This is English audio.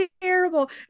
terrible